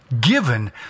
given